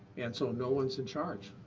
and so no one's in charge.